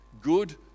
good